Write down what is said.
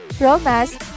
romance